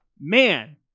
Man